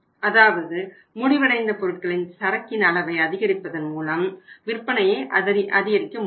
அதாவது முடிவைடைந்த பொருட்களின் சரக்கின் அளவை அதிகரிப்பதன் மூலம் விற்பனையை அதிகரிக்க முடியும்